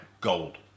gold